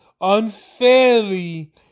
unfairly